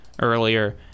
earlier